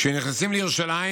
כשנכנסים לירושלים